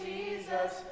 Jesus